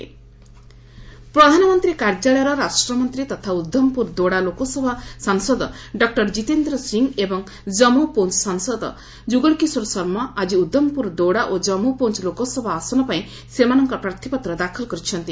J and K nomination ପ୍ରଧାନମନ୍ତ୍ରୀ କାର୍ଯ୍ୟାଳୟର ରାଷ୍ଟ୍ରମନ୍ତ୍ରୀ ତଥା ଉଦ୍ଧମପୁର ଦୋଡା ଲୋକସଭା ସାଂସଦ ଡକ୍କର କିତେନ୍ଦ୍ର ସିଂହ ଏବଂ ଜନ୍ମୁ ପୁଞ୍ ସାଂସଦ ଯୁଗଳକିଶୋର ଶର୍ମା ଆଜି ଉଦ୍ଧମପୁର ଦୋଡା ଓ ଜାମ୍ମୁ ପୁଞ୍ ଲୋକସଭା ଆସନ ପାଇଁ ସେମାନଙ୍କ ପ୍ରାର୍ଥପତ୍ର ଦାଖଲ କରିଛନ୍ତି